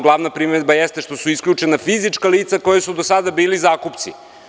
Glavna primedba jeste što su isključena fizička lica koja su do sada bili zakupci.